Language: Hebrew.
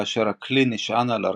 כאשר הכלי נשען על הרגלית,